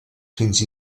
fins